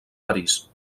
parís